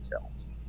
films